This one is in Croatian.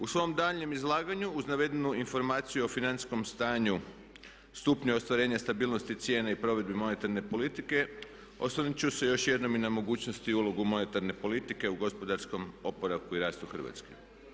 U svom daljnjem izlaganju uz navedenu informaciju o financijskom stanju, stupnju ostvarenja stabilnosti cijena i provedbi monetarne politike osvrnut ću se još jednom i na mogućnosti i ulogu monetarne politike u gospodarskom oporavku i rastu Hrvatske.